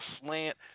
slant –